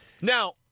Now